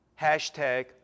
hashtag